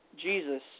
Jesus